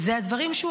זה הדברים שהוא